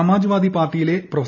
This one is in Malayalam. സമാജ് വാദി പാർട്ടിയിലെ പ്രൊഫ